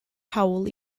hawl